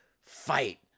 fight